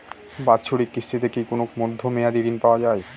বাৎসরিক কিস্তিতে কি কোন মধ্যমেয়াদি ঋণ পাওয়া যায়?